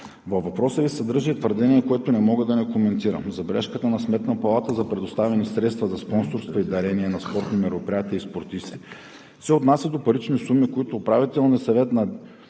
Във въпроса Ви се съдържа и твърдение, което не мога да не коментирам. Забележката на Сметната палата за предоставени средства за спонсорство и дарение на спортни мероприятия и спортисти се отнася до парични суми, които Управителният съвет на